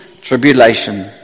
tribulation